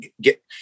get